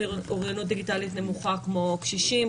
אוריינות דיגיטלית נמוכה כמו קשישים,